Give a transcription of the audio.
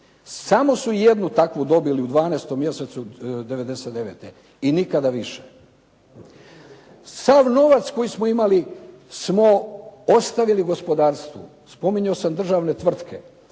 Samo su jednu takvu dobili u 12. mjesecu '99. i nikada više. Sav novac koji smo imali smo ostavili gospodarstvu. Spominjao sam državne tvrtke.